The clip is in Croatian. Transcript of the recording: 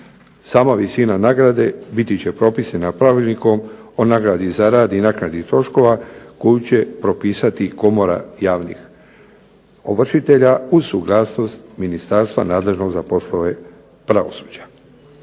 Sama visina nagrade bit će propisana pravilnikom o nagradi za rad i naknadi troškova koju će propisati Komora javnih ovršitelja uz suglasnost ministarstva nadležnog za poslove pravosuđa.